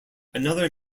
another